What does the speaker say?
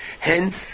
Hence